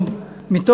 וגם בסודאן.